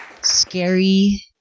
scary